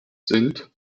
sind